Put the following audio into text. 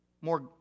more